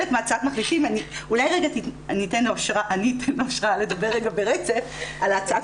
אני אתן לאושרה לדבר רגע ברצף על הצעת